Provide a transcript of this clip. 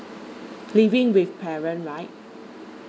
living with parent right